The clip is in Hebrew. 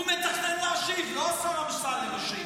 הוא מתכנן להשיב, לא השר אמסלם ישיב.